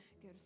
good